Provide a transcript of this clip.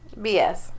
BS